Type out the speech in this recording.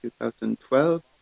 2012